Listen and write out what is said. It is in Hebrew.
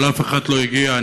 אבל אף אחד לא הגיע.